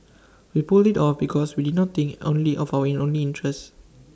we pulled IT off because we did not think only of our in lonely interests